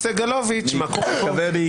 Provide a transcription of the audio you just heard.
חבר הכנסת יואב סגלוביץ', מה קורה פה?